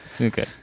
Okay